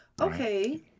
okay